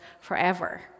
forever